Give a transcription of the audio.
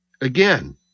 Again